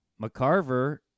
McCarver